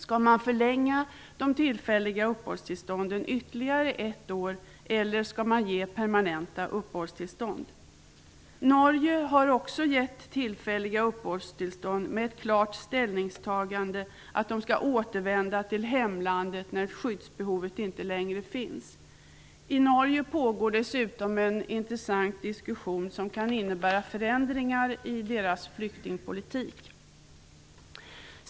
Skall den förlänga de tillfälliga uppehållstillstånden ytterligare ett år, eller skall man ge permanenta uppehållstillstånd? Norge har också gett tillfälliga uppehållstillstånd med ett klart ställningstagande om att de skall återvända till hemlandet när skyddsbehovet inte längre finns. I Norge pågår dessutom en intressant diskussion som kan innebära förändringar i dess flyktingpolitik.